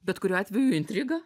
bet kuriuo atveju intriga